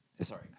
sorry